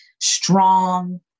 strong